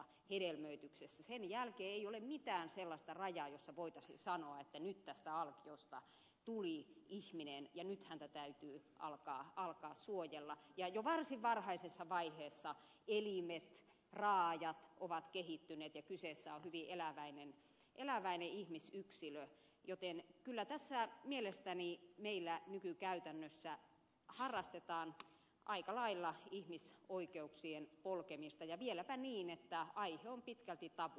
sen jälkeen ei ole mitään sellaista rajaa jossa voitaisiin sanoa että nyt tästä alkiosta tuli ihminen ja nyt häntä täytyy alkaa suojella ja jo varsin varhaisessa vaiheessa elimet raajat ovat kehittyneet ja kyseessä on hyvin eläväinen ihmisyksilö joten kyllä tässä mielestäni meillä nykykäytännössä harrastetaan aika lailla ihmisoikeuksien polkemista ja vieläpä niin että aihe on pitkälti tabu